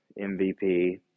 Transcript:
MVP